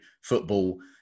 football